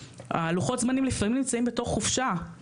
לוחות הזמנים לפעמים נמצאים בתוך חופשה,